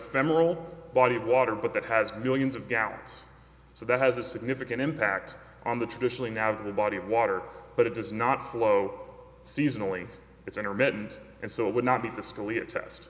federal body of water but that has millions of gallons so that has a significant impact on the traditionally navl the body of water but it does not flow seasonally it's intermittent and so it would not be the